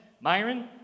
Myron